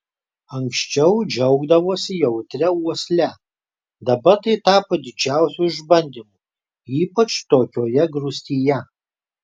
anksčiau džiaugdavosi jautria uosle dabar tai tapo didžiausiu išbandymu ypač tokioje grūstyje